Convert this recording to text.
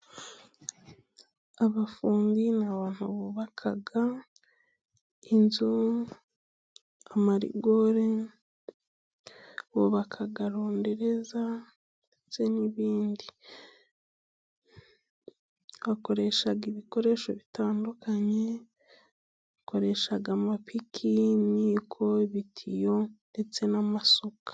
Abafundi ni abantu bubaka inzu, amarigore, bubaka rondereza ndetse n'ibindi, bakoresha ibikoresho bitandukanye bakoresha amapiki, imyiko, ibitiyo ndetse n'amasuka.